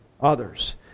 others